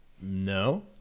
no